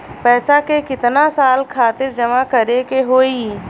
पैसा के कितना साल खातिर जमा करे के होइ?